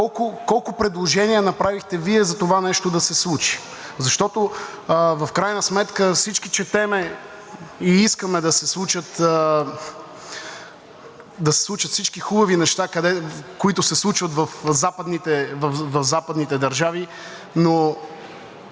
колко предложения направихте Вие за това нещо да се случи? В крайна сметка всички четем и искаме да се случат всички хубави неща, които се случват в западните държави, но